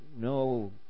no